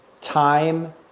time